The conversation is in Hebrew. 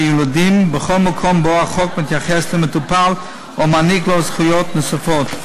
יילודים בכל מקום שבו החוק מתייחס למטופל או מעניק לו זכויות נוספות.